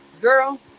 Girl